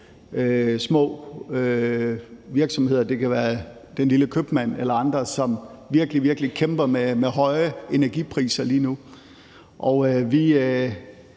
små virksomheder – det kan være den lille købmand eller andre – som virkelig kæmper med høje energipriser lige nu, og vi